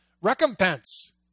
recompense